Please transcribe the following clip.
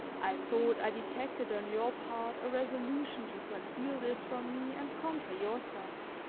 i thought i detected on your part a resolution to conceal this from me and conquer yourself.